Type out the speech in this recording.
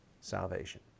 salvation